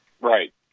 right